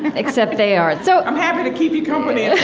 except they are so i'm happy to keep you company yeah